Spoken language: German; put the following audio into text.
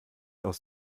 aus